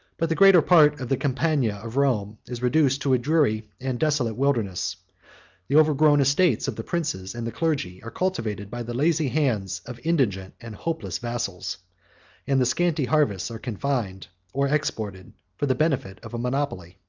but the greater part of the campagna of rome is reduced to a dreary and desolate wilderness the overgrown estates of the princes and the clergy are cultivated by the lazy hands of indigent and hopeless vassals and the scanty harvests are confined or exported for the benefit of a monopoly.